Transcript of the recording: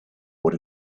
what